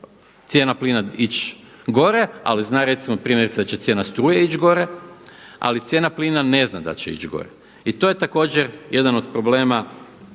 cijena plina ići gore, ali zna recimo primjerice da će cijena struje ići gore, ali cijena plina ne zna da li će ići gore. I to je također jedan od problema